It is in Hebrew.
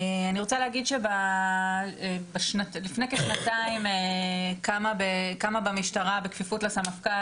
אני רוצה להגיד שלפני כשנתיים קמה במשטרה בכפיפות לסמפכ"ל,